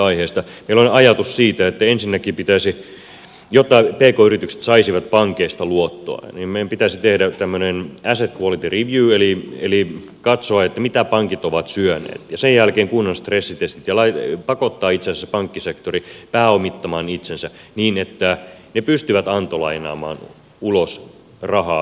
meillä oli ajatus siitä että ensinnäkin meidän pitäisi jotta pk yritykset saisivat pankeista luottoa tehdä tämmöinen asset quality review eli katsoa mitä pankit ovat syöneet ja sen jälkeen kunnon stressitestit ja pakottaa itse asiassa pankkisektori pääomittamaan itsensä niin että ne pystyvät antolainaamaan ulos rahaa pk sektorille